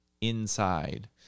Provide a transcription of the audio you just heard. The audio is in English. inside